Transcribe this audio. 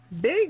Big